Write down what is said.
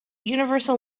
universal